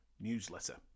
newsletter